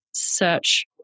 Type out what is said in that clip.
search